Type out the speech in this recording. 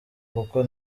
kuko